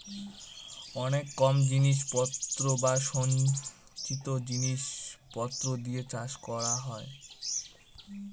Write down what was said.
অনেক কম জিনিস পত্র বা সঞ্চিত জিনিস পত্র দিয়ে চাষ করা হয়